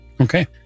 Okay